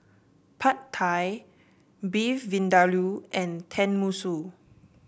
Pad Thai Beef Vindaloo and Tenmusu